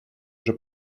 уже